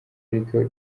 ariko